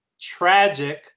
tragic